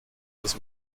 des